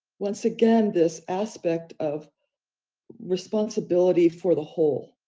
once again, this aspect of responsibility for the whole,